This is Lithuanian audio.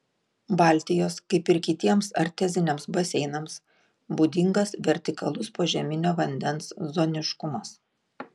baltijos kaip ir kitiems arteziniams baseinams būdingas vertikalus požeminio vandens zoniškumas